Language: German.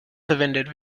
verwendet